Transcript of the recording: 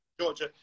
Georgia